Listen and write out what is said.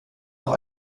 auch